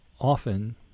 often